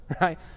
right